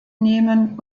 nehmen